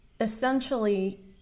essentially